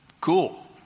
cool